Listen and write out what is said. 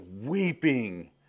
weeping